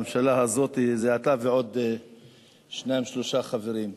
הזו זה אתה ועוד שניים, שלושה חברים.